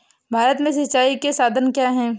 भारत में सिंचाई के साधन क्या है?